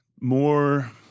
more –